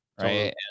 right